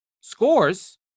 scores